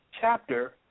chapter